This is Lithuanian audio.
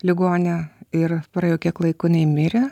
ligonę ir praėjo kiek laiko jinai mirė